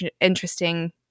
interesting